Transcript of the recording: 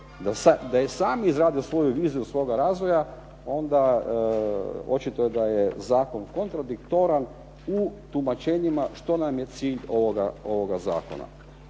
da i sami izrade svoju viziju svoga razvoja onda očito da je zakon kontradiktoran u tumačenjima što nam je cilj ovoga zakona.